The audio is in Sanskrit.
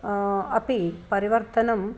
अपि परिवर्तनं